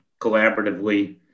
collaboratively